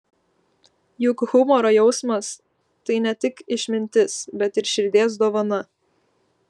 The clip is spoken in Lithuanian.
juk humoro jausmas tai ne tik išmintis bet ir širdies dovana